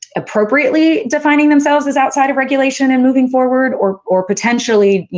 appropriately defining themselves as outside of regulation and moving forward, or or potentially,